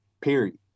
period